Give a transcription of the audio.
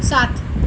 સાત